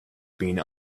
been